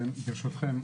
ברשותכם,